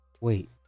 wait